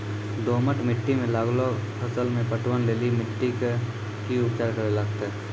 दोमट मिट्टी मे लागलो फसल मे पटवन लेली मिट्टी के की उपचार करे लगते?